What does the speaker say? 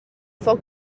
foc